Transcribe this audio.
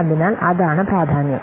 അതിനാൽ അതാണ് പ്രാധാന്യം